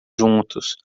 juntos